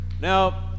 Now